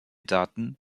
daten